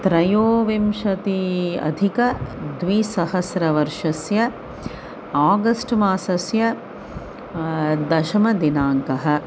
त्रयोविंशत्यधिकद्विसहस्रवर्षस्य August मासस्य दशमदिनाङ्कः